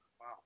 Wow